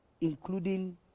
including